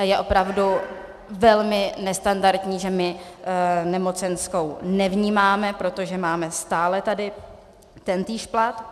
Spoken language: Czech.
Je opravdu velmi nestandardní, že my nemocenskou nevnímáme, protože máme stále tentýž plat.